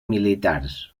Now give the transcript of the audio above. militars